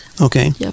Okay